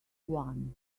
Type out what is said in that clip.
one